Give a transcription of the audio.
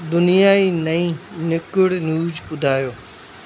दुनियां जी नईं निकुड़ न्यूज ॿुधायो